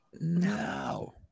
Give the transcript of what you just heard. no